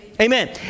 Amen